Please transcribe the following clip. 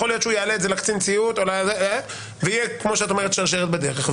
יכול להיות שהוא יעלה את זה לקצין הציות ותהיה שרשרת בדרך.